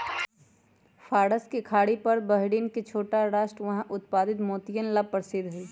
फारस के खाड़ी पर बहरीन के छोटा राष्ट्र वहां उत्पादित मोतियन ला प्रसिद्ध हई